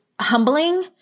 humbling